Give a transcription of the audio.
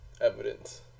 evidence